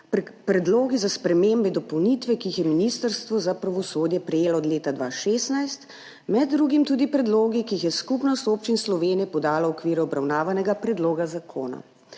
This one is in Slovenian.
predlogi za spremembe in dopolnitve, ki jih je Ministrstvo za pravosodje prejelo od leta 2016, med drugim tudi predlogi, ki jih je Skupnost občin Slovenije podala v okviru obravnavanega predloga zakona.